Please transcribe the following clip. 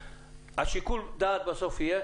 שיקול הדעת בסוף יהיה